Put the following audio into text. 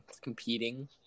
competing